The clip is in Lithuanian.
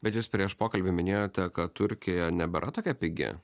bet jūs prieš pokalbį minėjote kad turkija nebėra tokia pigi